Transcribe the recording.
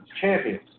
champions